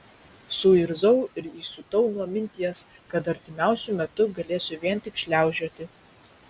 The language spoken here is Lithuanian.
suirzau ir įsiutau nuo minties kad artimiausiu metu galėsiu vien tik šliaužioti